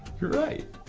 you're right.